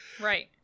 right